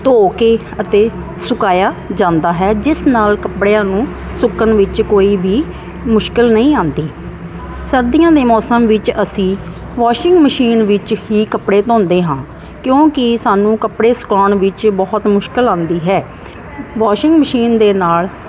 ਧੋ ਕੇ ਅਤੇ ਸੁਕਾਇਆ ਜਾਂਦਾ ਹੈ ਜਿਸ ਨਾਲ ਕੱਪੜਿਆਂ ਨੂੰ ਸੁੱਕਣ ਵਿੱਚ ਕੋਈ ਵੀ ਮੁਸ਼ਕਿਲ ਨਹੀਂ ਆਉਂਦੀ ਸਰਦੀਆਂ ਦੇ ਮੌਸਮ ਵਿੱਚ ਅਸੀਂ ਵਾਸ਼ਿੰਗ ਮਸ਼ੀਨ ਵਿੱਚ ਹੀ ਕੱਪੜੇ ਧੋਂਦੇ ਹਾਂ ਕਿਉਂਕਿ ਸਾਨੂੰ ਕੱਪੜੇ ਸੁਕਾਉਣ ਵਿੱਚ ਬਹੁਤ ਮੁਸ਼ਕਿਲ ਆਉਂਦੀ ਹੈ ਵਾਸ਼ਿੰਗ ਮਸ਼ੀਨ ਦੇ ਨਾਲ